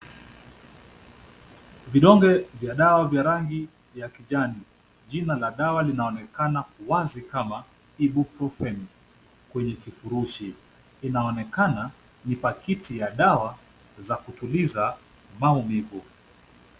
Vidonge vya dawa vya rangi ya kijani. Jina la dawa linaonekana wazi kama Ibuprofen, kwenye kifurushi. Inaonekana ni pakiti ya dawa za kutuliza maumivu.